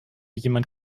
jemand